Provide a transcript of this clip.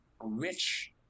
rich